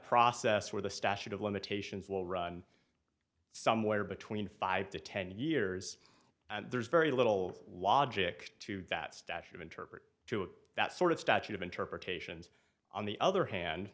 process where the statute of limitations will run somewhere between five to ten years and there's very little logic to that statue interpret to that sort of statute of interpretations on the other hand